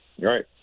Right